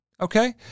okay